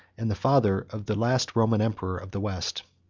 and the father of the last roman emperor of the west.